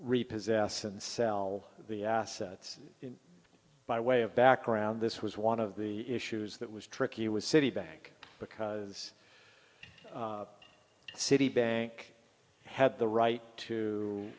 repossess and sell the assets by way of background this was one of the issues that was tricky was citibank because citibank had the right to